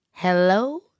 Hello